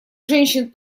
женщин